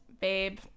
babe